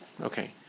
Okay